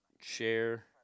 share